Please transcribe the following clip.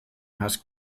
has